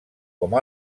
com